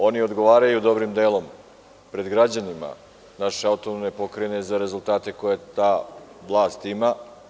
Oni odgovaraju, dobrim delom pred građanima naše AP za rezultate koje ta vlast ima.